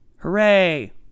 Hooray